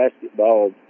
basketball